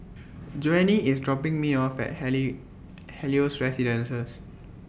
Joanie IS dropping Me off At Helios Residences